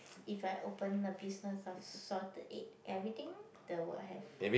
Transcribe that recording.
if I open a business of salted egg everything there will have